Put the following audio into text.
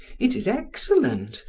it is excellent,